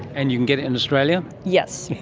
and you can get it in australia? yes.